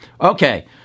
Okay